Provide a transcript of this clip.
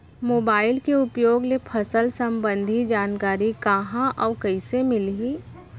Mobile के उपयोग ले फसल सम्बन्धी जानकारी कहाँ अऊ कइसे मिलही?